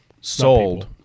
Sold